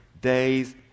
days